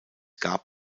gab